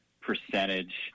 percentage